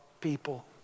people